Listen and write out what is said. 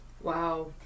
Wow